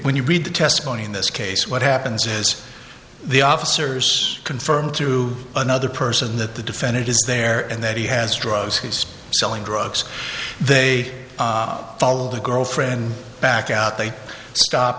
when you read the testimony in this case what happens is the officers confirm to another person that the defendant is there and that he has drugs he's selling drugs they follow the girlfriend back out they stop